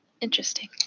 Interesting